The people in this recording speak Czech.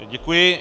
Děkuji.